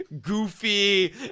goofy